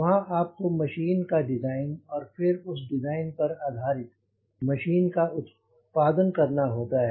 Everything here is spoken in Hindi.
वहां आपको मशीन का डिजाइन और फिर उस डिजाइन पर आधारित मशीन का उत्पादन करना होता है